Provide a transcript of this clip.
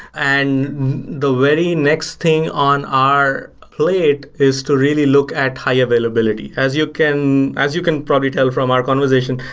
and the very next thing on our plate is to really look at high availability. as you can as you can probably tell from our conversation,